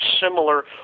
similar